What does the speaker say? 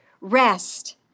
Rest